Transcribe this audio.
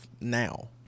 now